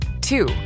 two